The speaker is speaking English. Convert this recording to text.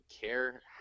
care